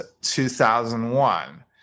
2001